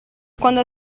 quando